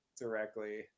directly